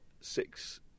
six